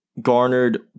garnered